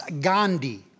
Gandhi